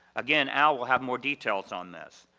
again al will have more details on this.